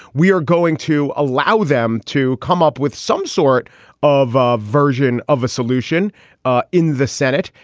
we are going to allow them to come up with some sort of of version of a solution ah in the senate.